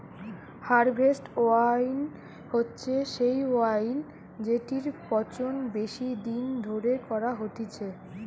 harvest wine হচ্ছে সেই wine জেটির পচন বেশি দিন ধরে করা হতিছে